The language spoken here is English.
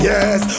Yes